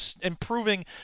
improving